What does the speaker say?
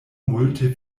multe